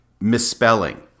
misspelling